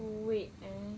wait eh